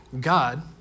God